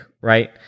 right